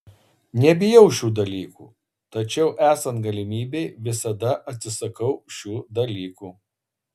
nebijau šių dalykų tačiau esant galimybei visada atsisakau šių dalykų